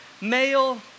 male